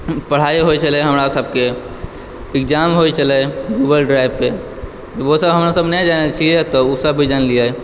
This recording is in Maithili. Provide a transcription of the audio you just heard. पढ़ाइ होइ छलय हमरासभके एग्जाम होइ छलय गूगल ड्राइवपे तऽ ओसभ हमरासभ नहि जनैत छियै तऽ ओसभ भी जानलियै